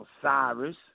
Osiris